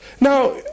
Now